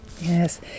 Yes